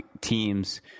teams